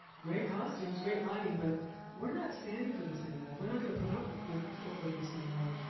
great costumes, great lighting but we're not standing for this anymore. we're not gonna put up with with this anymore.